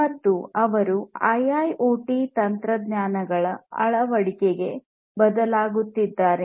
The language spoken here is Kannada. ಮತ್ತು ಅವರು ಐಐಓಟಿ ತಂತ್ರಜ್ಞಾನಗಳ ಅಳವಡಿಕೆಗೆ ಬದಲಾಗುತ್ತಿದ್ದಾರೆ